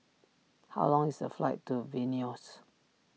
how long is the flight to Vilnius